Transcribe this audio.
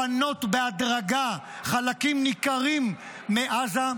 לפנות בהדרגה חלקים ניכרים מעזה,